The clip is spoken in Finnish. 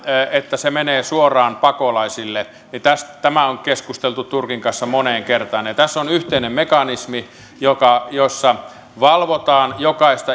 että se menee suoraan pakolaisille on keskusteltu turkin kanssa moneen kertaan tässä on yhteinen mekanismi jossa valvotaan